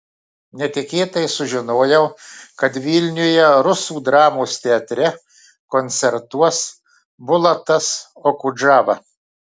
netikėtai sužinojau kad vilniuje rusų dramos teatre koncertuos bulatas okudžava